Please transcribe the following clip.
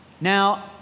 now